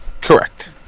Correct